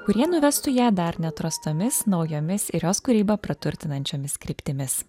kurie nuvestų ją dar neatrastomis naujomis ir jos kūrybą praturtinančiomis kryptimis